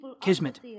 Kismet